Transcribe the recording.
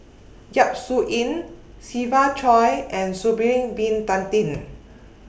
Yap Su Yin Siva Choy and Sha'Ari Bin Tadin